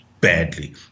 badly